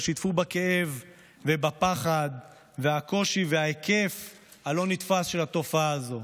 שיתפו בכאב ובפחד והקושי וההיקף הלא-נתפסים של התופעה הזאת.